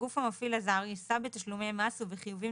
הגוף המפעיל הזר יישא בתשלומי מס ובחיובים